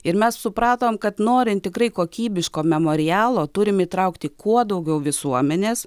ir mes supratome kad norint tikrai kokybiško memorialo turime įtraukti kuo daugiau visuomenės